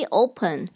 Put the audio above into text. open